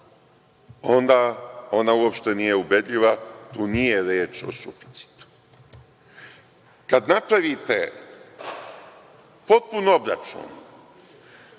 onda ona uopšte nije ubedljiva, tu nije reč o suficitu. Kad napravite potpun obračun